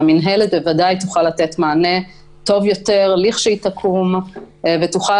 והמנהלת בוודאי תוכל לתת מענה טוב יותר לכשהיא תקום ותוכל